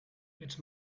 ets